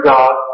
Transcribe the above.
God